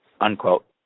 unquote